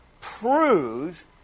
proves